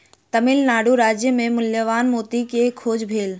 तमिल नाडु राज्य मे मूल्यवान मोती के खोज भेल